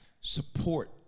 Support